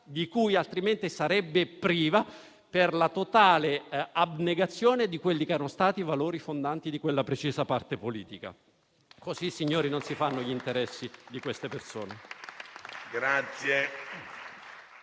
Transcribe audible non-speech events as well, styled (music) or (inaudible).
di cui altrimenti sarebbe priva per la totale negazione di quelli che erano stati i valori fondanti di quella precisa parte politica. (applause) In questo modo, signori, non si fanno gli interessi di queste persone.